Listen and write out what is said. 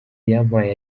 yampaye